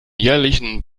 jährlichen